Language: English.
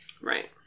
Right